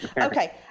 Okay